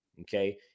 Okay